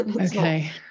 okay